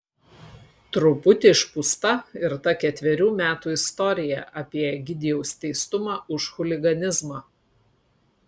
truputį išpūsta ir ta ketverių metų istorija apie egidijaus teistumą už chuliganizmą